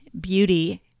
beauty